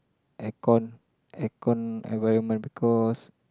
aircon aircon environment because